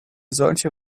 solche